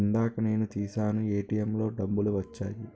ఇందాక నేను తీశాను ఏటీఎంలో డబ్బులు వచ్చాయి